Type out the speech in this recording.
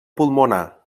pulmonar